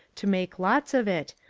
to make lots of it,